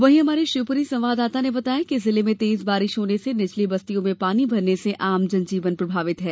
वही हमारे शिवपुरी संवाददाता ने बताया है कि जिले में तेज बारिश होने से निचली बस्तियों में पानी भरने से आम जनजीव प्रभावित है